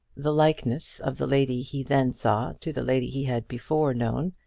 the likeness of the lady he then saw to the lady he had before known,